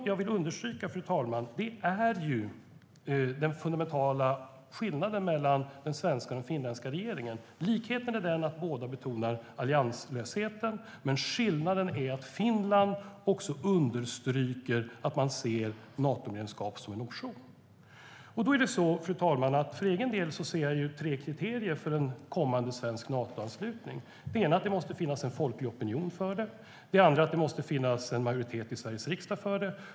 Jag vill ändå understryka den fundamentala skillnaden mellan den svenska och den finländska regeringen. Likheten är att båda betonar allianslösheten, men skillnaden är att Finland understryker att de ser Natomedlemskap som en option. För egen del ser jag tre kriterier för en kommande svensk Natoanslutning. Det första är att det måste finnas en folklig opinion för det. Det andra är att det måste finnas en majoritet i Sveriges riksdag för det.